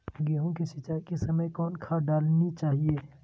गेंहू के सिंचाई के समय कौन खाद डालनी चाइये?